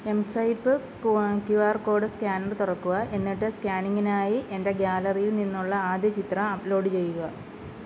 M swipe കൂ Q R code scanner തുറക്കുക എന്നിട്ട് സ്കാനിംഗിനായി എൻ്റെ ഗാലറിയിൽ നിന്നുള്ള ആദ്യ ചിത്രം അപ്ലോഡ് ചെയ്യുക